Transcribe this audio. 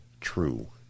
true